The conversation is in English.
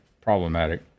problematic